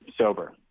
sober